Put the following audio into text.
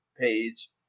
page